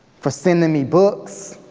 for sending me books,